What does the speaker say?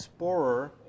Sporer